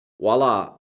voila